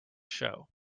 show